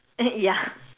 ya